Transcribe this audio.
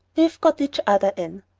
we've got each other, anne.